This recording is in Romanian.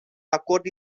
acord